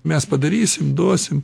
mes padarysim duosim